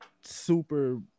super